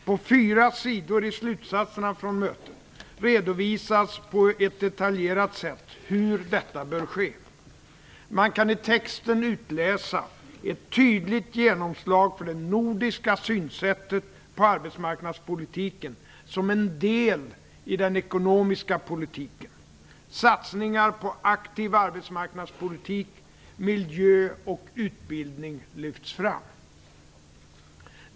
På fyra sidor i slutsatserna från mötet redovisas på ett detaljerat sätt hur detta bör ske. Man kan i texten utläsa ett tydligt genomslag för det nordiska synsättet på arbetsmarknadspolitiken som en del i den ekonomiska politiken. Satsningar på aktiv arbetsmarknadspolitik, miljö och utbildning lyfts fram.